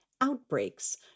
outbreaks